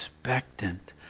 expectant